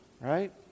right